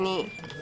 פרופ' חגי לוין,